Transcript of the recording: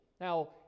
Now